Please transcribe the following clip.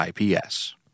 ips